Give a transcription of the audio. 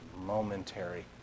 momentary